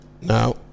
Now